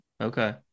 Okay